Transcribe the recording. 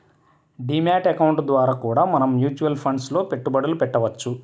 D mat account ద్వారా కూడా మనం మ్యూచువల్ ఫండ్స్ లో పెట్టుబడులు పెట్టవచ్చు